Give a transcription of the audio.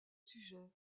sujet